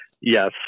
Yes